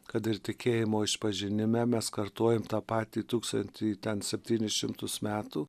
kad ir tikėjimo išpažinime mes kartojam tą patį tūkstantį ten septynis šimtus metų